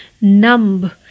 numb